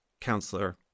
counselor